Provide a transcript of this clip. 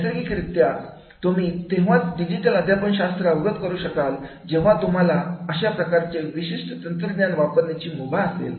नैसर्गिक रित्या तुम्ही तेव्हाच डिजिटल अध्यापन शास्त्र अवगत करू शकाल जेव्हा तुम्हाला अशा प्रकारच्या विशिष्ट तंत्रज्ञान वापराची मुभा असेल